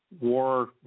war